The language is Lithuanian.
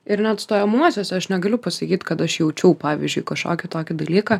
ir net stojamuosiuos aš negaliu pasakyt kad aš jaučiau pavyzdžiui kažkokį tokį dalyką